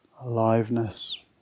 aliveness